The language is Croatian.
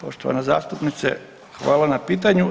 Poštovana zastupnice, hvala na pitanju.